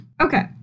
Okay